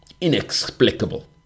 inexplicable